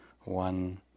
one